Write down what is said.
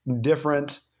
different